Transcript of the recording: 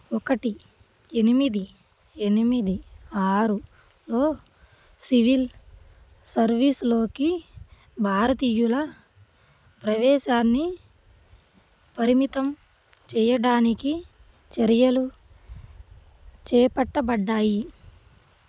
ఒకటి ఎనిమిది ఎనిమిది ఆరులో సివిల్ సర్వీస్లోకి భారతీయుల ప్రవేశాన్ని పరిమితం చేయడానికి చర్యలు చేపట్టబడ్డాయి